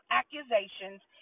accusations